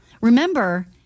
Remember